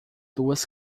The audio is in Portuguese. duas